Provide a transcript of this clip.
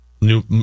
New